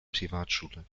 privatschule